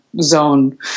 zone